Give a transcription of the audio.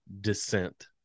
Descent